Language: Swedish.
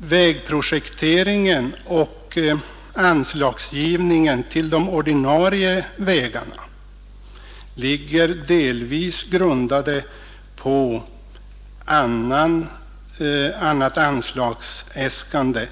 Men projekteringen av och anslagsgivningen till de ordinarie vägarna grundar sig delvis på andra anslagsäskanden